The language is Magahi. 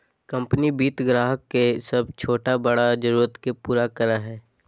कंपनी वित्त ग्राहक के सब छोटा बड़ा जरुरत के पूरा करय हइ